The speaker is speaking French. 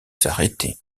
s’arrêter